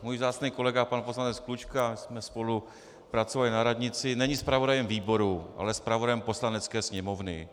Můj vzácný kolega pan poslanec Klučka, my jsme spolu pracovali na radnici, není zpravodajem výboru, ale zpravodajem Poslanecké sněmovny.